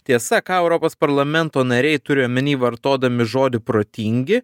tiesa ką europos parlamento nariai turi omeny vartodami žodį protingi